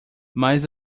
mas